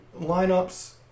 lineups